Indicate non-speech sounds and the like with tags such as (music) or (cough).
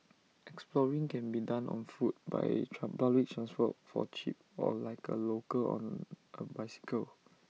exploring can be done on foot by (unintelligible) public transport for cheap or like A local on A bicycle